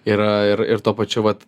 yra ir ir tuo pačiu vat